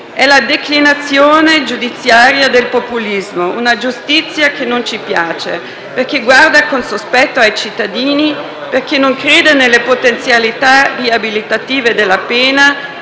È la declinazione giudiziaria del populismo. Una giustizia che non ci piace, perché guarda con sospetto ai cittadini, perché non crede nelle potenzialità riabilitative della pena,